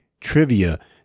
trivia